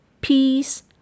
peace